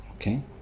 Okay